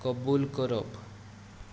कबूल करप